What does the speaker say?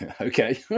okay